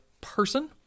person